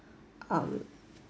um